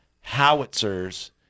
howitzers